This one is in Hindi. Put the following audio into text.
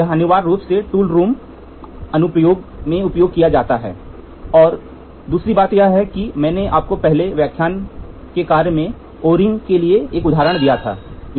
यह अनिवार्य रूप से टूल रूम अनुप्रयोगों में उपयोग किया जाता है और दूसरी बात यह है कि मैंने आपको पहले व्याख्यान कार्य में ओ रिंग के लिए एक उदाहरण दिया है